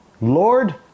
Lord